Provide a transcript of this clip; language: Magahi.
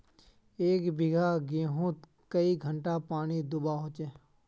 एक बिगहा गेँहूत कई घंटा पानी दुबा होचए?